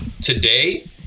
today